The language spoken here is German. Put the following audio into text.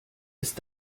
ist